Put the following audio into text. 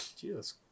Jesus